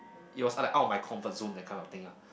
it was like out of my comfort zone the kind of thing ah